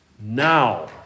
Now